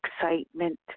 excitement